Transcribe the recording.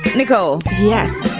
nicole? yes.